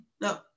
No